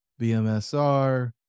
BMSR